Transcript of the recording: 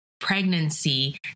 pregnancy